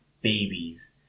babies